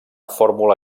fórmula